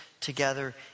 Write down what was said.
together